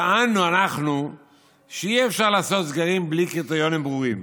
אנחנו טענו שאי-אפשר לעשות סגרים בלי קריטריונים ברורים.